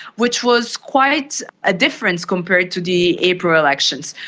which was quite a difference compared to the april elections.